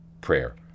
prayer